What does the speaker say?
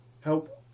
Help